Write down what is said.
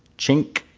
chink,